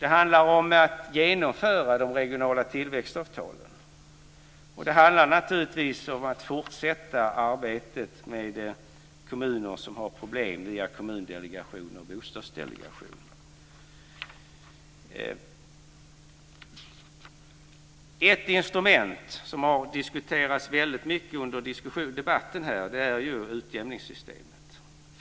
Det handlar om att genomföra de regionala tillväxtavtalen. Det handlar naturligtvis om att fortsätta arbetet med kommuner som har problem via Kommundelegationen och Bostadsdelegationen. Ett instrument som har diskuterats väldigt mycket under debatten här är utjämningssystemet.